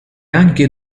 anche